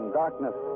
darkness